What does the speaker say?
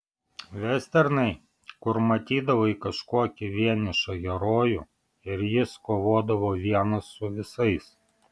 vesternai kur matydavai kažkokį vienišą herojų ir jis kovodavo vienas su visais